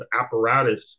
apparatus